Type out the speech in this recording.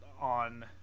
on